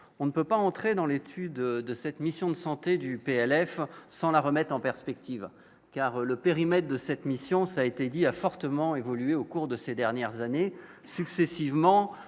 on ne peut pas entrer dans l'étude de cette mission de santé du PLF sans la remettent en perspective car le périmètre de cette mission, ça a été dit, a fortement évolué au cours de ces dernières années, successivement